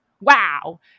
Wow